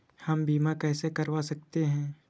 हम बीमा कैसे करवा सकते हैं?